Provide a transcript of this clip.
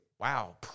Wow